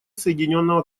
соединенного